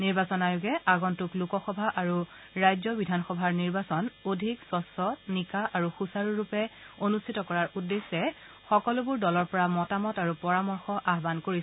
নিৰ্বাচন আয়োগে আগন্তক লোকসভা আৰু ৰাজ্য বিধানসভাৰ নিৰ্বাচন অধিক স্বচ্ছ নিকা আৰু সূচাৰুৰূপে অনুষ্ঠিত কৰাৰ উদ্দেশ্যে সকলোবোৰ দলৰ পৰা মতামত আৰু পৰামৰ্শ আহান কৰিছে